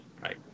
right